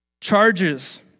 Charges